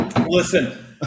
Listen